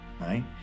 right